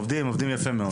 הם עובדים יפה מאוד.